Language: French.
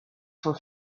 font